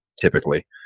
typically